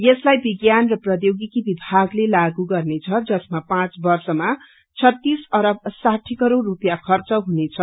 यसलाई विज्ञान र प्रौद्योगिकी विभागले लागू गर्नेछ जसमा पाँख वर्शमा छतीस अरब साठी करोड़ स्पियाँ खर्च हुनेछ